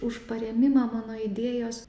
už parėmimą mano idėjos